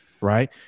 Right